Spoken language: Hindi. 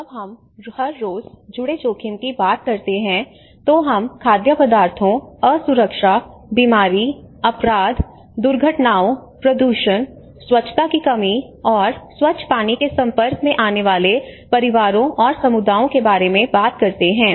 जब हम हर रोज़ जुड़े जोखिम की बात करते हैं तो हम खाद्य पदार्थों असुरक्षा बीमारी अपराध दुर्घटनाओं प्रदूषण स्वच्छता की कमी और स्वच्छ पानी के संपर्क में आने वाले परिवारों और समुदायों के बारे में बात करते हैं